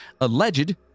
alleged